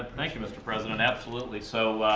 thank you, mr. president. absolutely. so,